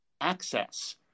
access